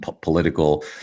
political